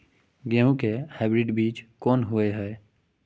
गेहूं के हाइब्रिड बीज कोन होय है?